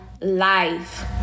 life